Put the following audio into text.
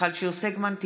מיכל שיר סגמן,